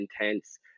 intense